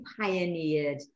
pioneered